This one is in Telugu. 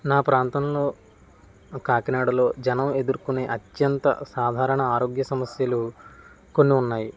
నా ప్రాంతంలో కాకినాడలో జనం ఎదుర్కొనే అత్యంత సాధారణ ఆరోగ్య సమస్యలు కొన్ని ఉన్నాయి